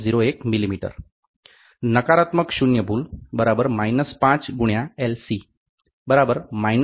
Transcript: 01 mm નકારાત્મક શૂન્ય ભૂલ −¿5 × L